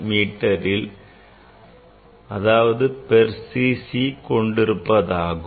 மீட்டரில் அல்லது per ccல் கொண்டிருப்பதாகும்